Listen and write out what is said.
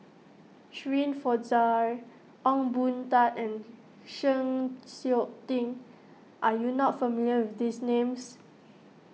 Shirin Fozdar Ong Boon Tat and Chng Seok Tin are you not familiar with these names